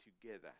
together